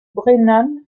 brennan